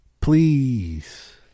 Please